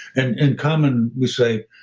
and and common, we say,